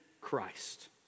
Christ